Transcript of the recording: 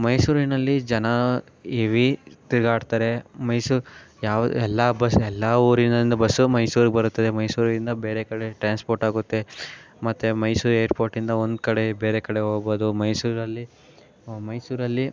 ಮೈಸೂರಿನಲ್ಲಿ ಜನ ಏವಿ ತಿರ್ಗಾಡ್ತಾರೆ ಮೈಸೂರು ಯಾವ ಎಲ್ಲ ಬಸ್ ಎಲ್ಲ ಊರಿನಿಂದ ಬಸ್ಸು ಮೈಸೂರಿಗೆ ಬರುತ್ತದೆ ಮೈಸೂರಿಂದ ಬೇರೆ ಕಡೆ ಟ್ರಾನ್ಸ್ಪೋರ್ಟಾಗುತ್ತೆ ಮತ್ತು ಮೈಸೂರು ಏರ್ಪೋರ್ಟಿಂದ ಒಂದು ಕಡೆ ಬೇರೆ ಕಡೆ ಹೋಗ್ಬೋದು ಮೈಸೂರಿನಲ್ಲಿ ಮೈಸೂರಲ್ಲಿ